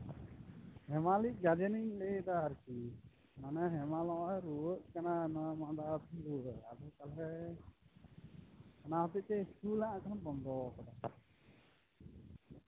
ᱦᱮᱢᱟᱞᱤᱡ guardian ᱤᱧ ᱞᱟᱹᱭᱫᱟ ᱢᱟᱱᱮ ᱦᱮᱢᱟᱞ ᱱᱚᱜᱼᱚᱭ ᱨᱩᱣᱟᱹᱜ ᱠᱟᱱᱟᱭ ᱟᱫᱚ ᱛᱟᱦᱞᱮ ᱚᱱᱟ ᱦᱚᱛᱮᱡ ᱛᱮ ᱤᱥᱠᱩᱞ ᱱᱟᱜ ᱵᱚᱱᱫᱚ ᱟᱠᱟᱫᱟᱭ